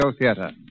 Theater